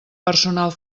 personal